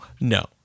no